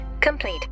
complete